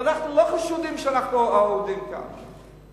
ואנחנו לא חשודים שאנחנו אהודים כאן.